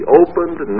opened